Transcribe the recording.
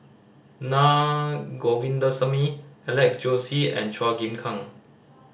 Naa Govindasamy Alex Josey and Chua Chim Kang